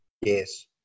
Yes